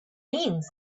means